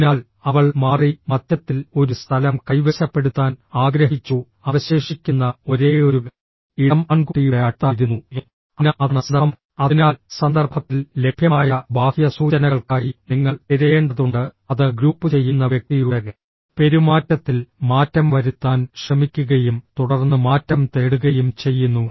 അതിനാൽ അവൾ മാറി മധ്യത്തിൽ ഒരു സ്ഥലം കൈവശപ്പെടുത്താൻ ആഗ്രഹിച്ചു അവശേഷിക്കുന്ന ഒരേയൊരു ഇടം ആൺകുട്ടിയുടെ അടുത്തായിരുന്നു അതിനാൽ അതാണ് സന്ദർഭം അതിനാൽ സന്ദർഭത്തിൽ ലഭ്യമായ ബാഹ്യ സൂചനകൾക്കായി നിങ്ങൾ തിരയേണ്ടതുണ്ട് അത് ഗ്രൂപ്പുചെയ്യുന്ന വ്യക്തിയുടെ പെരുമാറ്റത്തിൽ മാറ്റം വരുത്താൻ ശ്രമിക്കുകയും തുടർന്ന് മാറ്റം തേടുകയും ചെയ്യുന്നു